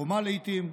החומה לעיתים,